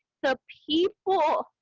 the people,